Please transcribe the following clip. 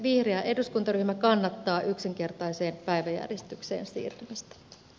vihreä eduskuntaryhmä kannattaa yksinkertaiseen päiväjärjestykseen siirtyi st